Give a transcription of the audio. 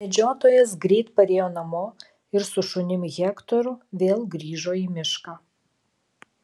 medžiotojas greit parėjo namo ir su šunim hektoru vėl grįžo į mišką